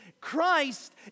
Christ